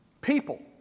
people